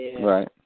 Right